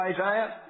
Isaiah